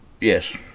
Yes